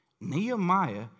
Nehemiah